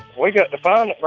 we got to find